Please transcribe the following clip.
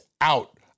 out